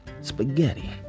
Spaghetti